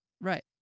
Right